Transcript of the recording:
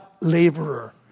laborer